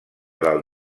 del